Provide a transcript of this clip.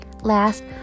Last